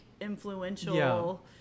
influential